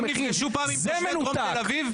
הם נפגשו עם תושבי דרום תל אביב לשמוע מהם מה מציק להם?